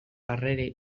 arrere